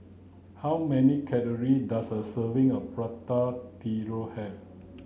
how many calories does a serving of Prata Telur have